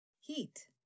Heat